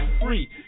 free